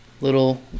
little